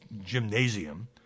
gymnasium